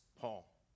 Paul